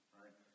right